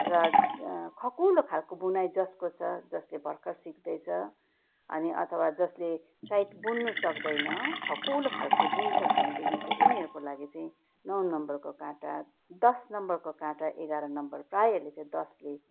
र खकुलो खालको बुनाइ जसको छ जसले भर्खर सिक्दैछ अनि अथवा जसले टाइट बुन्नु सक्दैन खकुलो खालको बुन्छ भनेदेखि चाहिँ उनीहरूको लागि चाहिँ नौ नम्बरको काँटा दस नम्बरको काँटा एघार नम्बर प्रायःले चाहिँ दसले